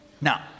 Now